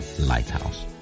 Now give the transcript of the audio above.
Lighthouse